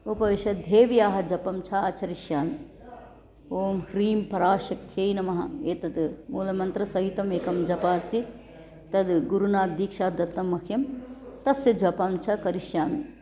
उपविश्य देव्याः जपं च आचरिष्यामि ओं ह्रीं पराशक्त्यै नमः एतत् मूलमन्त्रसहितम् एकं जपः अस्ति तद् गुरुणा दीक्षा दत्तं मह्यं तस्य जपं च करिष्यामि